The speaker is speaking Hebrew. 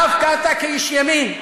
דווקא אתה כאיש ימין,